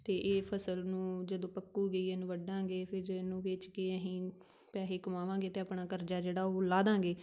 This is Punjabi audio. ਅਤੇ ਇਹ ਫ਼ਸਲ ਨੂੰ ਜਦੋਂ ਪੱਕੂਗੀ ਇਹਨੂੰ ਵੱਢਾਂਗੇ ਫਿਰ ਜੇ ਇਹਨੂੰ ਵੇਚ ਕੇ ਅਸੀਂ ਪੈਸੇ ਕਮਾਵਾਂਗੇ ਅਤੇ ਆਪਣਾ ਕਰਜ਼ਾ ਜਿਹੜਾ ਉਹ ਲਾਹਦਾਂਗੇ